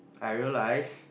I realised